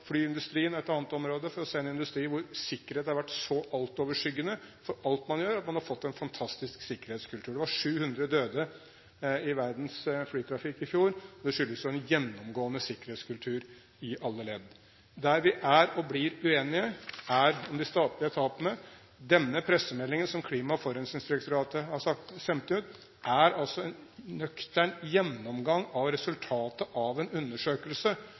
Flyindustrien er et annet område – for å nevne en industri hvor sikkerhet har vært så altoverskyggende for alt man gjør, at man har fått en fantastisk sikkerhetskultur. Det var 700 døde i verdens flytrafikk i fjor, og det skyldes en gjennomgående sikkerhetskultur i alle ledd. Det vi er og blir uenige om, er de statlige etatene. Den pressemeldingen som Klima- og forurensningsdirektoratet har sendt ut, er en nøktern gjennomgang av resultatet av en undersøkelse.